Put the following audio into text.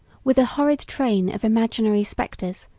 with a horrid train of imaginary spectres,